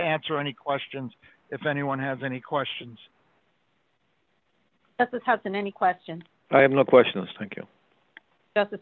answer any questions if anyone has any questions that this has been any question i have no questions thank you that's the